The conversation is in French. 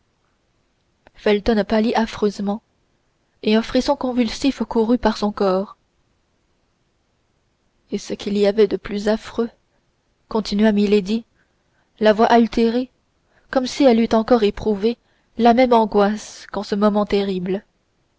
felton pâlit affreusement et un frisson convulsif courut par tout son corps et ce qu'il y avait de plus affreux continua milady la voix altérée comme si elle eût encore éprouvé la même angoisse qu'en ce moment terrible